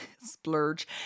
splurge